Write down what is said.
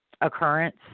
occurrence